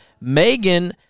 Megan